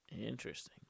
interesting